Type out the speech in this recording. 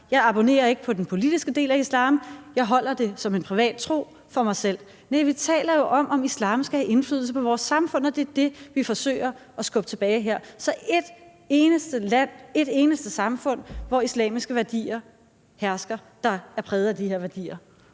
Jeg abonnerer ikke på den politiske del af islam; jeg holder det for mig selv som en privat tro. Næ, vi taler jo om, om islam skal have indflydelse på vores samfund, og det er det, vi forsøger at skubbe tilbage her. Så kan ordføreren nævne et eneste land, et eneste samfund, hvor islamiske værdier hersker, der er præget af de her værdier?